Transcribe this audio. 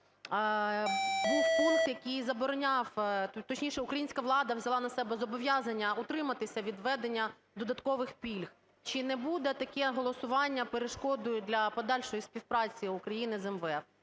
був пункт, який забороняв, точніше, українська влада взяла на себе зобов'язання утриматися від введення додаткових пільг. Чи не буде таке голосування перешкодою для подальшої співпраці України з МВФ?